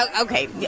okay